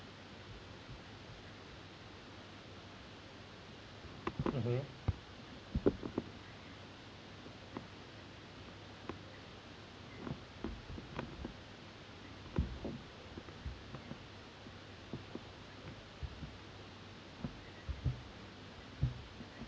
mmhmm